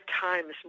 times